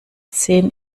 sehen